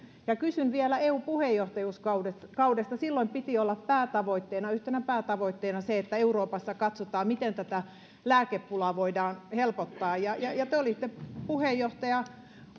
kysyn vielä eu puheenjohtajuuskaudesta silloin piti olla yhtenä päätavoitteena se että euroopassa katsotaan miten tätä lääkepulaa voidaan helpottaa kun te olitte puheenjohtajamaan